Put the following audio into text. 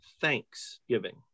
thanksgiving